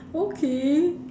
okay